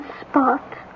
spot